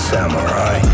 Samurai